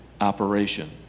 operation